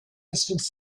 distance